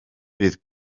bydd